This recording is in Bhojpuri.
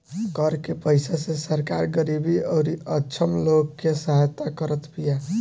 कर के पईसा से सरकार गरीबी अउरी अक्षम लोग के सहायता करत बिया